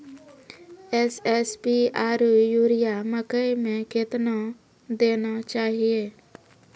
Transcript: SSP आरु urea मकई मे कितना देना चाहिए?